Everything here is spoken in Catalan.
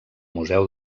museu